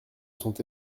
sont